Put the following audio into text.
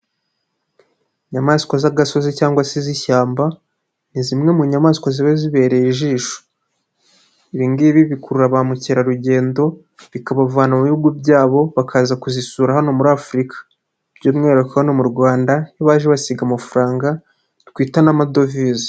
Inyamaswa z'agasozi cyangwa se z'ishyamba. Ni zimwe mu nyamaswa ziba zibereye ijisho. Ibi ngibi bikurura ba mukerarugendo bikabavana mu bihugu byabo bakaza kuzisura hano muri Afurika. Byumwihariko hano mu Rwanda iyo baje basiga amafaranga twita n'amadovize.